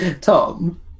tom